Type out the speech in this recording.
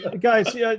guys